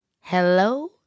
hello